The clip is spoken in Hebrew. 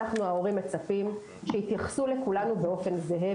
אנחנו ההורים מצפים שיתייחסו לכולנו באופן זהה.